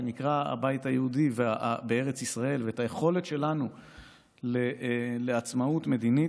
שנקרא "הבית היהודי בארץ ישראל" ואת היכולת שלנו לעצמאות מדינית,